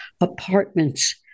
apartments